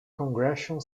congressional